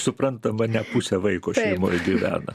suprantama ne pusė vaiko šeimoj gyvena